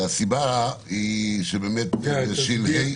והסיבה היא שבאמת בשלהי --- שנייה.